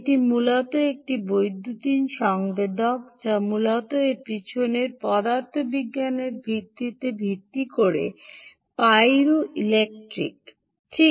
এটি মূলত একটি বৈদ্যুতিন সংবেদক যা মূলত এর পেছনের পদার্থবিজ্ঞানের ভিত্তিতে ভিত্তি করে পাইরোইলেক্ট্রিকটি ঠিক